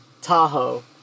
Tahoe